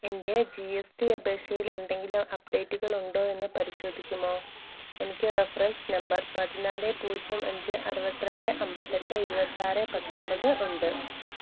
എന്റെ G S T അപേക്ഷയിൽ എന്തെങ്കിലും അപ്ഡേറ്റുകളുണ്ടോ എന്നു പരിശോധിക്കുമോ എനിക്ക് റഫ്രൻസ് നമ്പർ പതിനാല് പൂജ്യം അഞ്ച് അറുപത്തിരണ്ട് അന്പത്തിയെട്ട് ഇരുപത്തിയാറ് പത്തൊന്പത് ഉണ്ട്